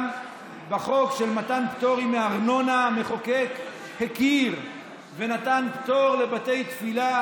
גם בחוק של מתן פטורים מארנונה המחוקק הכיר ונתן פטור לבתי תפילה,